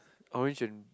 orange and